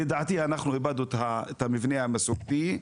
לדעתי אנחנו איבדנו את המבנה המסורתי,